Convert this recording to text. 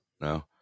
no